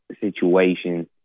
situations